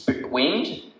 wind